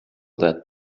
that